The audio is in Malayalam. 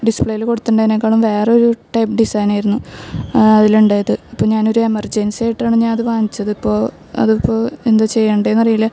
ഡിസ്പ്ലേയില് കൊടുത്തിട്ടുണ്ടായതിനക്കാളും വേറൊര് ടൈപ്പ് ഡിസൈനായിരുന്നു അതിലുണ്ടായത് അപ്പം ഞാനൊര് എമർജൻസിയായിട്ടാണ് ഞാനത് വാങ്ങിച്ചത് ഇപ്പോൾ അതിപ്പോൾ എന്താ ചെയ്യണ്ടതെന്ന് അറിയില്ല